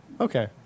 Okay